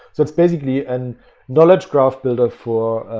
so it's basically an knowledge graph builder for